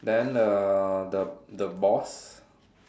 then the the the boss